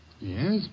Yes